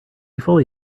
fully